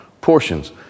portions